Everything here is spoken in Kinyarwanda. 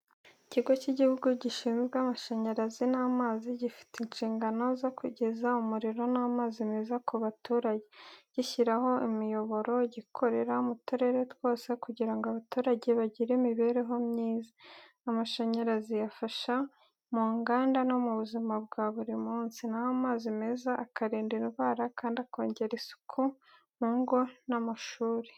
Ikigo cy'igihugu gishinzwe amashanyarazi n’amazi gifite inshingano zo kugeza umuriro n’amazi meza ku baturage. Gishyiraho imiyoboro, gikorera mu turere twose kugira ngo abaturage bagire imibereho myiza. Amashanyarazi afasha mu nganda no mu buzima bwa buri munsi, na ho amazi meza akarinda indwara kandi akongera isuku mu ngo n’amashuri.